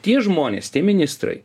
tie žmonės tie ministrai